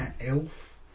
elf